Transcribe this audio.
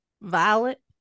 violet